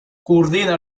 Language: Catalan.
coordina